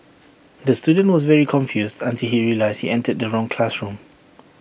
the student was very confused until he realised entered the wrong classroom